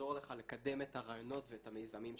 לעזור לך לקדם את הרעיונות ואת המיזמים שלך,